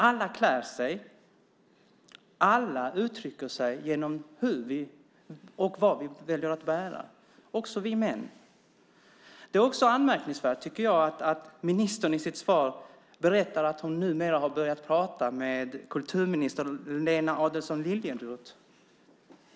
Alla klär sig och uttrycker sig genom vad de väljer att bära, också män. Det är anmärkningsvärt, tycker jag, att ministern i sitt svar berättar att hon numera har börjat prata med kulturminister Lena Adelsohn Liljeroth.